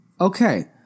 okay